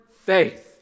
faith